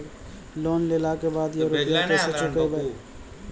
Loan लेला के बाद या रुपिया केसे चुकायाबो?